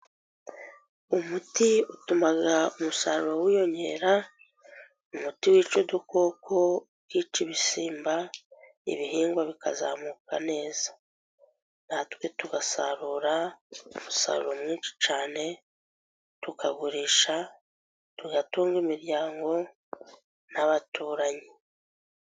Umuti utuma umusaruro wiyongera, umuti wica udukoko, ukica ibisimba, ibihingwa bikazamuka neza. Natwe tugasarura umusaruro mwinshi cyane, tukagurisha tugatunga imiryango n'abaturanyi.